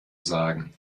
sagen